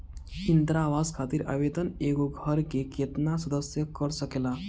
इंदिरा आवास खातिर आवेदन एगो घर के केतना सदस्य कर सकेला?